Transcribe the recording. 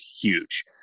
huge